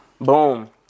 Boom